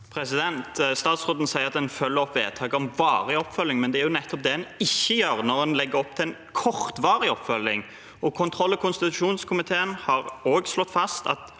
Statsråden sier at en følger opp vedtaket om varig oppfølging, men det er nettopp det en ikke gjør når en legger opp til en kortvarig oppfølging. Kontroll- og konstitusjonskomiteen har også slått fast at